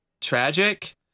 tragic